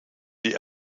die